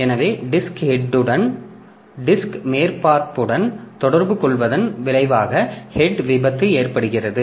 எனவே டிஸ்க் ஹெட்யுடன் டிஸ்க் மேற்பரப்புடன் தொடர்பு கொள்வதன் விளைவாக ஹெட் விபத்து ஏற்படுகிறது